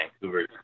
Vancouver